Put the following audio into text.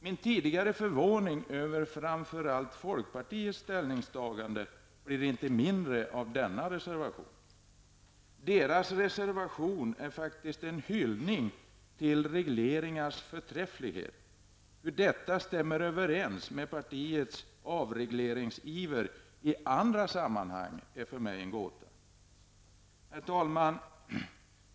Min tidigare förvåning över framför allt folkpartiets ställningstagande blir inte mindre av denna reservation. Folkpartiets reservation är faktiskt en hyllning till regleringars förträfflighet. Hur detta kan stämma överens med partiets avregleringsiver i andra sammanhang är för mig en gåta. Herr talman!